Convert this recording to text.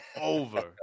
Over